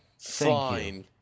fine